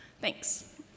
thanks